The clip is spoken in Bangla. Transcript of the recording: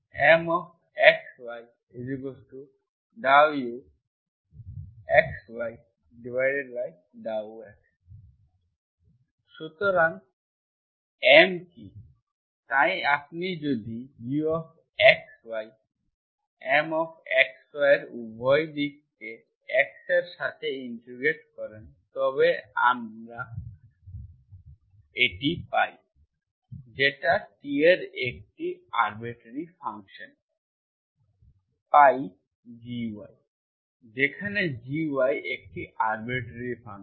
Mxy∂uxy∂x সুতরাং এম কি তাই আপনি যদি uxy Mxy এর উভয় দিককে x এর সাথে ইন্টিগ্রেট করেন তবে আমরা ∂uxy∂x dxMxydxgy পাই যেটা t এর একটি আরবিট্রারি ফাংশন পাই gy যেখানে gy একটি আরবিট্রারি ফাংশন